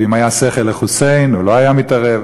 ואם לחוסיין היה שכל הוא לא היה מתערב,